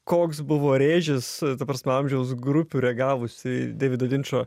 koks buvo rėžis ta prasme amžiaus grupių reagavusi į deivido linčo